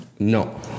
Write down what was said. No